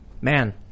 man